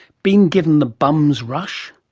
been given the bum's rush?